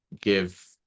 give